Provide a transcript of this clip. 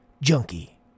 Junkie